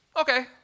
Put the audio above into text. Okay